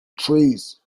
trees